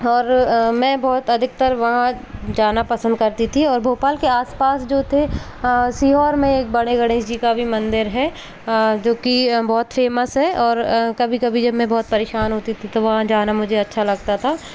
और मैं बहुत अधिकतर वहाँ जाना पसंद करती थी और भोपाल के आस पास जो थे सीहोर में एक बड़े गणेश जी का भी मंदिर है जो कि बहुत फ़ेमस है और कभी कभी जब मैं बहुत परेशान होती थी तो वहाँ जाना मुझे अच्छा लगता था